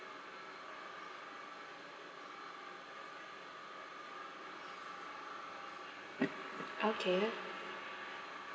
okay